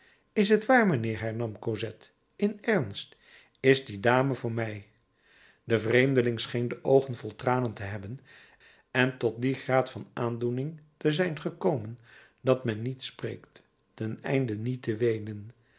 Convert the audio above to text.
is t waar mijnheer hernam cosette in ernst is die dame voor mij de vreemdeling scheen de oogen vol tranen te hebben en tot dien graad van aandoening te zijn gekomen dat men niet spreekt ten einde niet te weenen